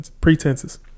pretenses